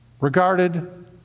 regarded